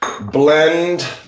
Blend